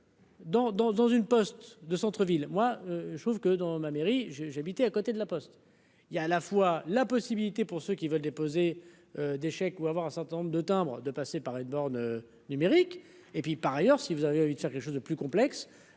dans une poste de centre-ville, moi je trouve que dans ma mairie, je j'habitais à côté de la Poste il y a à la fois la possibilité. Pour ceux qui veulent déposer des chèques ou avoir un certain nombre de timbres, de passer par une borne numérique et puis par ailleurs, si vous avez envie de faire quelque chose de plus complexe